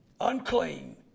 Unclean